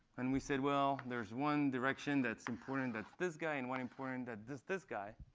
and we said, well, there's one direction that's important, that's this guy, and one important that's this this guy.